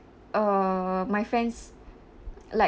uh my friend's like